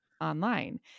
online